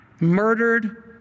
murdered